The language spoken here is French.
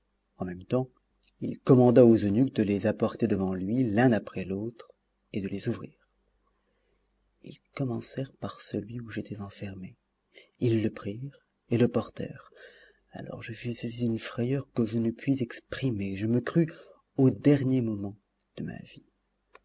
en même temps il commanda aux eunuques de les apporter devant lui l'un après l'autre et de les ouvrir ils commencèrent par celui où j'étais enfermé ils le prirent et le portèrent alors je fus saisi d'une frayeur que je ne puis exprimer je me crus au dernier moment de ma vie